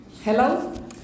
Hello